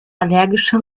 allergische